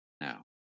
now